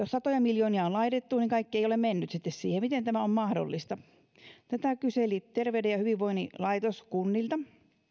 satoja miljoonia on laitettu niin kaikki ei ole mennyt sitten siihen miten tämä on mahdollista tätä kyseli terveyden ja hyvinvoinnin laitos kunnilta